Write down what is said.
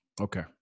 Okay